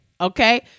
okay